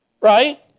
right